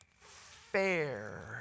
fair